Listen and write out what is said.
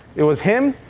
it was him,